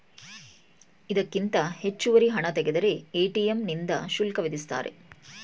ಇದಕ್ಕಿಂತ ಹೆಚ್ಚುವರಿ ಹಣ ತೆಗೆದರೆ ಎ.ಟಿ.ಎಂ ನಿಂದ ಶುಲ್ಕ ವಿಧಿಸುತ್ತಾರೆ